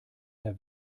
der